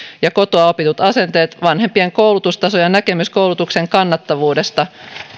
ja kotoa opitut asenteet vanhempien koulutustaso ja näkemys koulutuksen kannattavuudesta